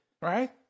right